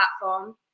platform